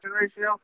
ratio